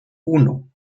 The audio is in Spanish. uno